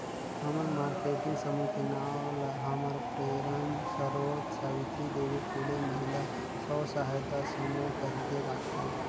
हमन मारकेटिंग समूह के नांव ल हमर प्रेरन सरोत सावित्री देवी फूले महिला स्व सहायता समूह कहिके राखेन